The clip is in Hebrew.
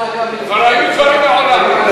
כבר היו דברים מעולם.